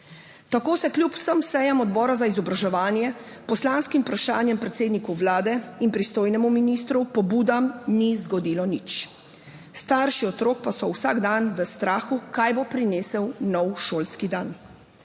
Tako se kljub vsem sejam Odbora za izobraževanje, poslanskim vprašanjem predsedniku Vlade in pristojnemu ministru, pobudam ni zgodilo nič, starši otrok pa so vsak dan v strahu, kaj bo prinesel nov šolski dan.